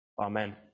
Amen